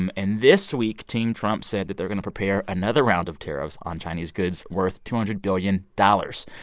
and and this week, team trump said that they're going to prepare another round of tariffs on chinese goods worth two hundred billion dollars.